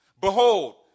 Behold